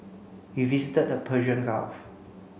we visited the Persian Gulf